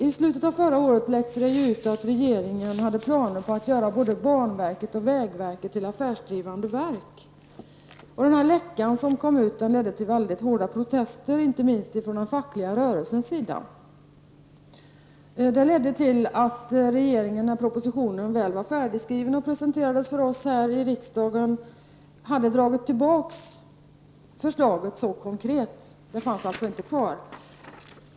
I slutet på förra året läckte det ut att regeringen hade planer på att göra både banverket och vägverket till affärsdrivande verk. Denna läcka ledde till mycket hårda protester, inte minst från den fackliga rörelsens sida. Det ledde till att regeringen hade dragit tillbaks det konkreta förslaget när propositionen väl var färdigskriven och presenterades för oss i riksdagen. Det fanns alltså inte kvar.